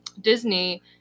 Disney